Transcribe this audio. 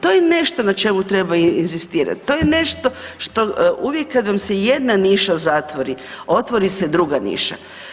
To je nešto na čemu treba inzistirati, to je nešto što, uvijek kada vam se jedna niša zatvori, otvori se druga ništa.